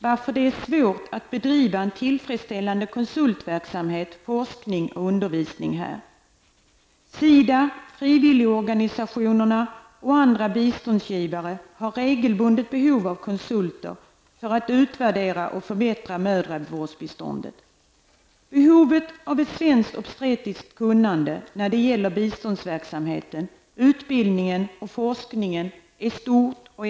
Därför är det svårt att bedriva tillfredsställande konsultverksamhet, forskning och undervisning här. SIDA, frivilligorganisationerna och andra biståndsgivare har regelbundet behov av konsulter för att utvärdera och förbättra mödravårdsbiståndet. Behovet av ett svenskt obstetriskt kunnande när det gäller biståndsverksamheten, utbildningen och forskningen är stort.